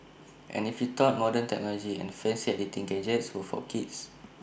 and if you thought modern technology and fancy editing gadgets were for kids